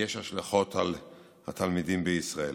יש השלכות על התלמידים בישראל.